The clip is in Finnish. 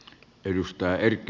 arvoisa puhemies